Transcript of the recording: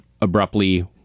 abruptly